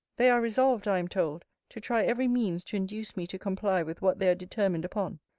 they are resolved, i am told, to try every means to induce me to comply with what they are determined upon.